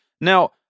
Now